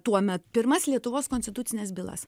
tuomet pirmas lietuvos konstitucines bylas